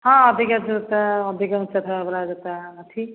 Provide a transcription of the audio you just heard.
ହଁ ଅଧିକା ଜୋତା ଅଧିକ ଉଞ୍ଚା ଥିବା ବାଲା ଜୋତା ଅଛି